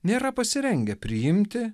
nėra pasirengę priimti